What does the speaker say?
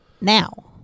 now